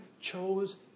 chose